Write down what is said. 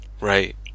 Right